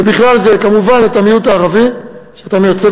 ובכלל זה כמובן למיעוט הערבי שאתה מייצג